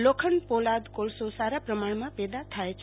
લોખંડપોલાદકોલસો સારા પ્રમાણમાં પેદા થાથ છે